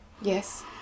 Yes